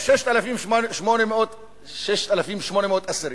יש 6,800 אסירים,